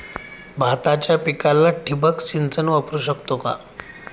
भाताच्या पिकाला ठिबक सिंचन वापरू शकतो का?